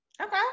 Okay